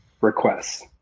requests